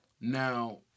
Now